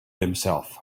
himself